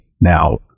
Now